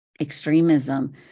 Extremism